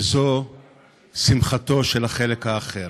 וזו שמחתו של החלק האחר.